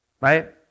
right